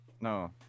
No